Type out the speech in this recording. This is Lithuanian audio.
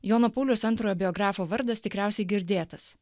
jono pauliaus antrojo biografo vardas tikriausiai girdėtas